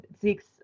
six